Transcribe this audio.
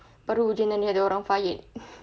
baru ni ada orang fired